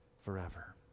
forever